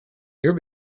your